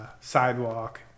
sidewalk